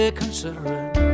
considering